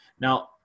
Now